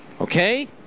Okay